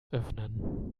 öffnen